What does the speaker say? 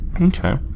Okay